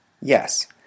Yes